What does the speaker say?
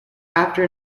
after